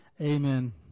Amen